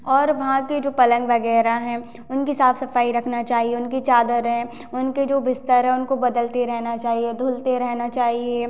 और वहाँ के जो पलंग वगैरह हैं उनकी साफ सफाई रखना चाहिए उनकी चादर हैं उनके जो बिस्तर हैं उनको बदलते रहना चाहिए धुलते रहना चाहिए